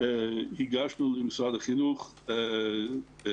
אנחנו הגשנו למשרד החינוך נייר,